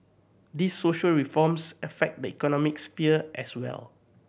these social reforms affect the economic sphere as well